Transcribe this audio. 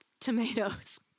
Tomatoes